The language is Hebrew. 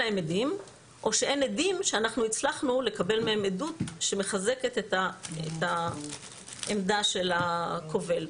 או שאין עדים שאנחנו הצלחנו לקבל מהם עדות שמחזקת את העמדה של הקובל.